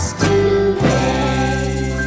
today